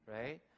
right